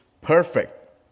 perfect